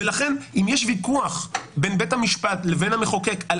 אם יש ויכוח בין בית המשפט לבין המחוקק על